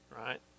right